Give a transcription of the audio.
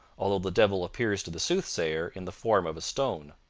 although the devil appears to the soothsayer in the form of a stone.